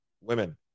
women